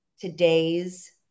Today's